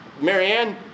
Marianne